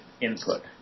input